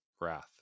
wrath